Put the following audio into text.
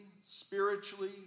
spiritually